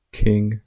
king